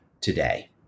today